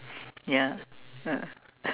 ya ah